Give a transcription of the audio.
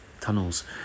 tunnels